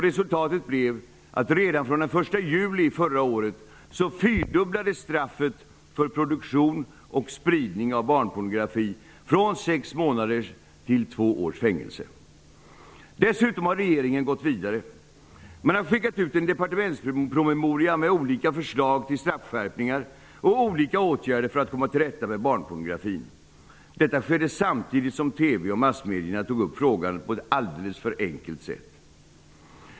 Resultatet blev att redan från den 1 juli förra året fyrdubblades straffet för produktion och spridning av barnpornografi från 6 månaders till 2 års fängelse. Dessutom har regeringen gått vidare. Man har skickat ut en departementspromemoria med olika förslag till straffskärpningar och olika åtgärder för att komma till rätta med barnpornografin. Detta skedde samtidigt som TV och massmedierna tog upp frågan på ett alltför enkelt sätt.